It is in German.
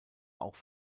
auch